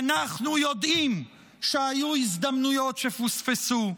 ואנחנו יודעים שהיו הזדמנויות שפוספסו,